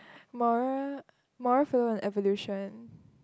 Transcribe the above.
moral moral fluent evolution